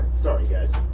sorry guys.